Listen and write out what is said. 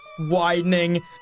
widening